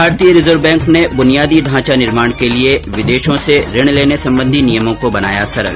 भारतीय reserve bank ने ब्नियादी ढांचा निर्माण के लिए विदेशों से ऋण लेने संबंधी नियमों को बनाया सरल